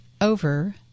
over